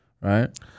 right